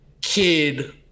kid